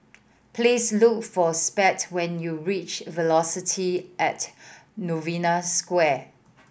please look for when you reach Velocity at Novena Square